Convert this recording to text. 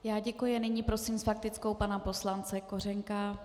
Já děkuji a nyní prosím s faktickou pana poslance Kořenka.